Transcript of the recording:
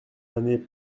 année